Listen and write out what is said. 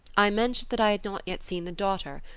i mentioned that i had not yet seen the daughter,